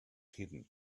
hidden